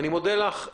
ארבעה מיליון.